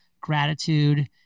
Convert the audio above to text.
gratitude